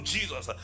Jesus